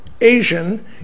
Asian